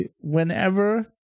whenever